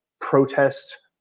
protest